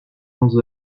onze